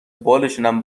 بالشونم